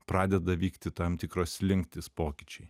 pradeda vykti tam tikros slinktys pokyčiai